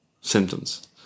symptoms